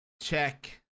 check